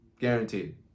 Guaranteed